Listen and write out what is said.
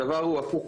הדבר הוא הפוך,